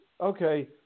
okay